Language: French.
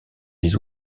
les